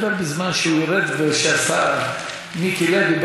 בזמן שהוא ירד ומיקי לוי יעלה.